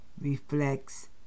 reflects